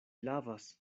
lavas